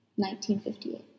1958